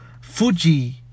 Fuji